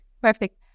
Perfect